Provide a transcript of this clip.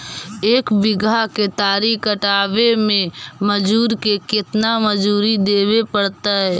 एक बिघा केतारी कटबाबे में मजुर के केतना मजुरि देबे पड़तै?